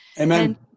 Amen